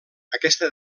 aquesta